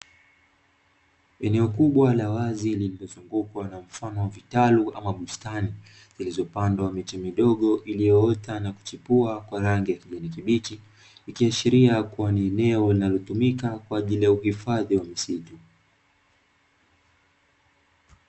Eneo kubwa la wazi lililozungukwa na mfano wa vitalu ama bustani, zilizopandwa miti midogo iliyoota na kuchipua kwa rangi ya kijani kibichi, ikiashiria kuwa ni eneo linalotumika kwa ajili ya uhifadhi wa misitu.